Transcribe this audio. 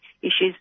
issues